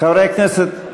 חברי הכנסת,